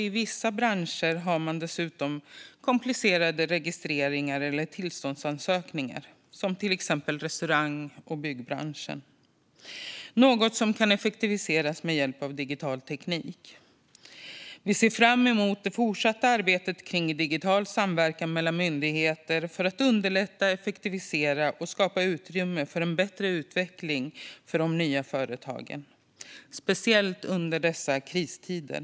I vissa branscher har man dessutom komplicerade registreringar och eller tillståndsansökningar, till exempel i restaurangbranschen och byggbranschen. Det är något som kan effektiviseras med hjälp av digital teknik. Vi ser fram emot det fortsatta arbetet med digital samverkan mellan myndigheter för att underlätta, effektivisera och skapa utrymme för en bättre utveckling för de nya företagen. Det gäller speciellt under dessa kristider.